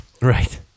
Right